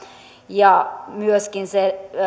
ja se